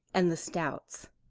and the stouts.